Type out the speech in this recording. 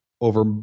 over